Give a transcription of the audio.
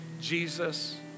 Jesus